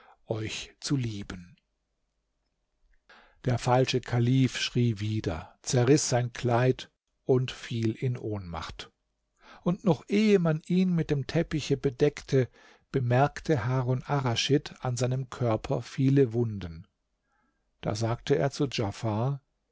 euch zu lieben der falsche kalif schrie wieder zerriß sein kleid und fiel in ohnmacht und noch ehe man ihn mit dem teppiche bedeckte bemerkte harun arraschid an seinem körper viele wunden da sagte er zu